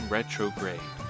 Retrograde